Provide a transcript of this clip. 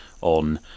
on